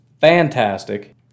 fantastic